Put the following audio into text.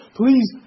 please